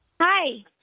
Hi